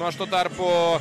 nu aš tuo tarpu